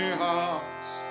hearts